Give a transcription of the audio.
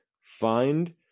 Find